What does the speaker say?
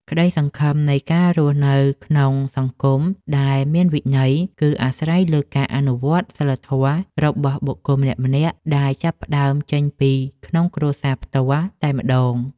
ក្តីសង្ឃឹមនៃការរស់នៅក្នុងសង្គមដែលមានវិន័យគឺអាស្រ័យលើការអនុវត្តសីលធម៌របស់បុគ្គលម្នាក់ៗដែលចាប់ផ្តើមចេញពីក្នុងគ្រួសារផ្ទាល់តែម្តង។